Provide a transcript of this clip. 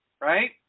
right